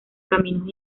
caminos